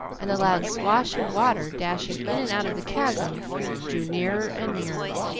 and the loud swash of water dashing in and out of the chasm drew nearer and nearer.